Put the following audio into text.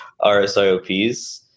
RSIOPs